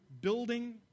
building